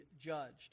judged